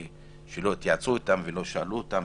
שלא התייעצו אתם ולא שאלו אותם.